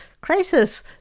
crisis